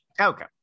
Okay